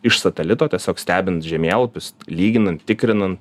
iš satelito tiesiog stebint žemėlapius lyginant tikrinant